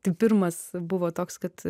tai pirmas buvo toks kad